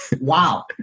Wow